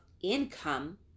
income